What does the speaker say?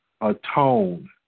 atone